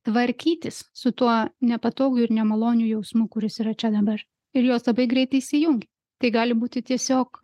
tvarkytis su tuo nepatogiu ir nemaloniu jausmu kuris yra čia dabar ir jos labai greitai įsijungia tai gali būti tiesiog